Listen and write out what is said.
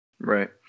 Right